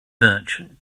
merchant